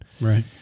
Right